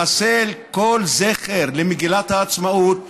לחסל כל זכר למגילת העצמאות,